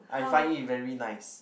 I find it very nice